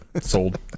sold